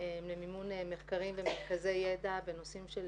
למימון מחקרים ומרכזי ידע בנושאים של